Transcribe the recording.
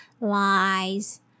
lies